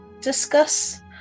discuss